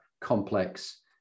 complex